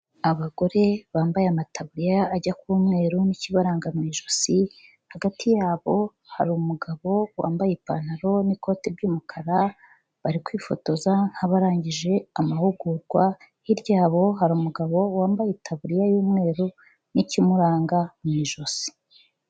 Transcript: Abagore bambaye amataburiya ajya kuba umwe n'ikibaranga mu ijosi hagati yabo hari umugabo wambaye ipantaro n'ikoti by'umukara bari kwifotoza nk'abarangije amahugurwa hirya yabo hari umugabo wambaye itaburiya y'umweru n'ikimuranga mu ijosi.